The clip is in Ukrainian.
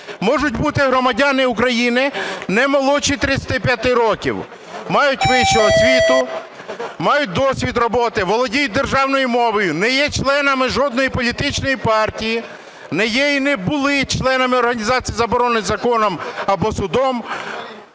можуть бути громадяни України, не молодші 35 років, мають вищу освіту, мають досвід роботи, володіють державною мовою, не є членами жодної політичної партії, не є і не були членами організації, забороненої законом або судом,